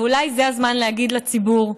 אולי זה הזמן להגיד לציבור: